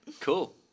Cool